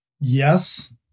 Yes